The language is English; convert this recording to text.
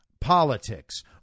politics